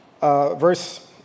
Verse